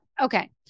okay